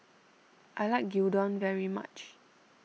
I like Gyudon very much